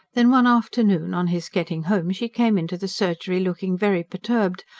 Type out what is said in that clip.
then one afternoon, on his getting home, she came into the surgery looking very perturbed,